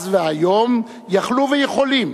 אז והיום, יכלו ויכולים.